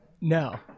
No